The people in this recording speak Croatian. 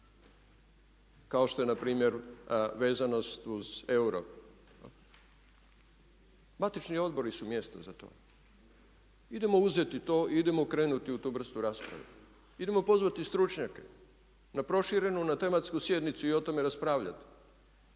kao što je na primjer vezanost uz euro. Matični odbori su mjesta za to. Idemo uzeti to i idemo krenuti u tu vrstu rasprave. Idemo pozvati stručnjake na proširenu, na tematsku sjednicu i o tome raspravljati